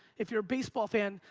if you're a baseball fan,